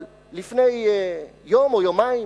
אבל לפני יום או יומיים,